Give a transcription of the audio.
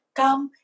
come